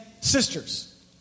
sisters